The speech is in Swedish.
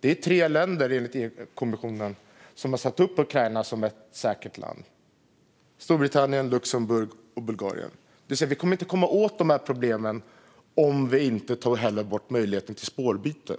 Det är tre länder, enligt EU-kommissionen, som har satt upp Ukraina som ett säkert land, och det är Storbritannien, Luxemburg och Bulgarien. Vi kommer inte att komma åt de här problemen om vi inte tar bort möjligheten till spårbyte.